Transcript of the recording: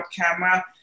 camera